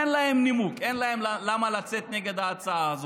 אין להם נימוק, אין להם למה לצאת נגד ההצעה הזאת.